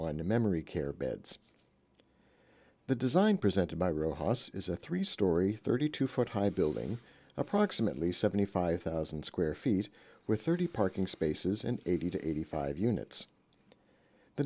to memory care beds the design presented by rojas is a three storey thirty two foot high building approximately seventy five thousand square feet with thirty parking spaces and eighty dollars to eighty five dollars units the